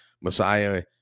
Messiah